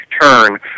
turn